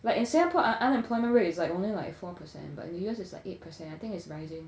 like in singapore un~ unemployment rate is like only like four percent but in the U_S is like eight percent I think it's rising